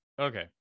okay